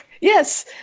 Yes